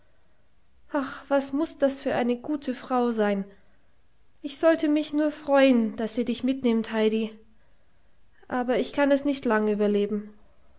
ach was muß das für eine gute frau sein ich sollte mich nur freuen daß sie dich mitnimmt heidi aber ich kann es nicht lang überleben